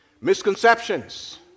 Misconceptions